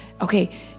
okay